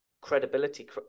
credibility